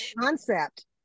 concept